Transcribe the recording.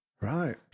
Right